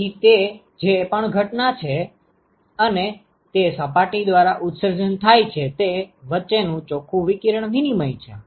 તેથી તે જે પણ ઘટના છે અને જે તે સપાટી દ્વારા ઉત્સર્જન થાય છે તે વચ્ચેનું ચોખ્ખું વિકિરણ વિનિમય છે